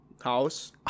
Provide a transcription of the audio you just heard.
house